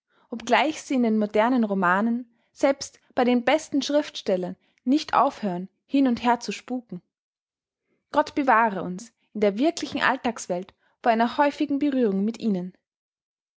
obgleich sie in den modernen romanen selbst bei den besten schriftstellern nicht aufhören hin und her zu spuken gott bewahre uns in der wirklichen alltagswelt vor einer häufigen berührung mit ihnen